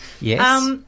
Yes